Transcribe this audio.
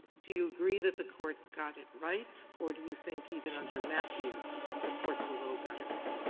do you agree that the court got it right, or do you think even under mathews the court below got it wrong?